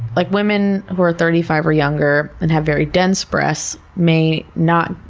like, women who are thirty five or younger and have very dense breasts, may not.